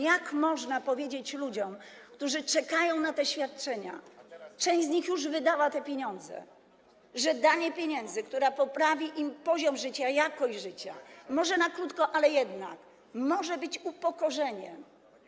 Jak można powiedzieć ludziom, którzy czekają na te świadczenia - a część z nich już wydała te pieniądze - że to danie pieniędzy, które poprawi ich poziom życia, jakość życia, może na krótko, ale jednak, może być upokorzeniem.